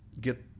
get